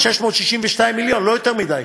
ב-662 מיליון, לא יותר מדי.